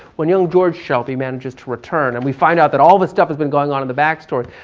when young george shelby manages to return and we find out that all this stuff has been going on in the back story.